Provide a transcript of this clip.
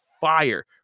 fire